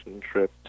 trip